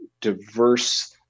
diverse